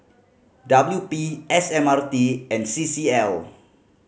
W P S M R T and C C L